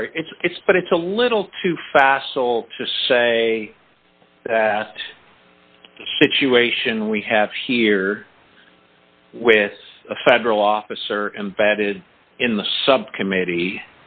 sorry it's it's but it's a little too facile to say that situation we have here with a federal officer embedded in the subcommittee